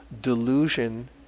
delusion